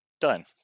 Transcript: done